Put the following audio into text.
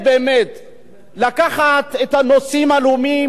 לקחת את הנושאים הלאומיים שמטרידים את